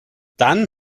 dann